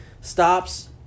stops